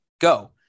go